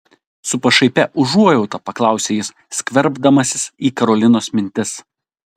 su pašaipia užuojauta paklausė jis skverbdamasis į karolinos mintis